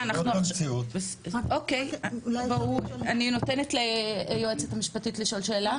אני נותנת ליועצת המשפטית לשאול שאלה.